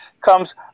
Comes